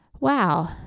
Wow